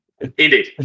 Indeed